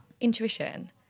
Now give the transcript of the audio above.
intuition